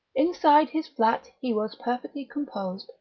inside his flat, he was perfectly composed,